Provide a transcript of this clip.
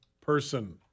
person